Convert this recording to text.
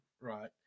right